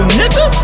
nigga